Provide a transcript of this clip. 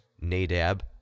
Nadab